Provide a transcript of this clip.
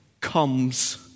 comes